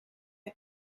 are